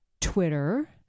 Twitter